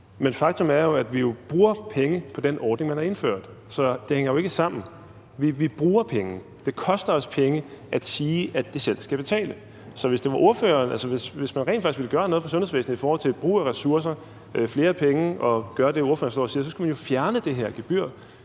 Men faktum er jo, at vi bruger penge på den ordning, man har indført, og at det også koster penge at sige, at de selv skal betale. Så det hænger ikke sammen. Så hvis man rent faktisk vil gøre noget for sundhedsvæsenet i forhold til brug af ressourcer, flere penge, og altså gøre det, ordføreren står og siger, så skulle man jo fjerne det her gebyr,